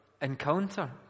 encounter